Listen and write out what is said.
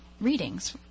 readings